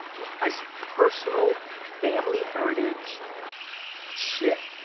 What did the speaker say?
yeah i see personal family heritage shit,